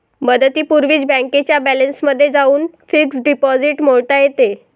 मुदतीपूर्वीच बँकेच्या बॅलन्समध्ये जाऊन फिक्स्ड डिपॉझिट मोडता येते